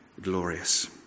glorious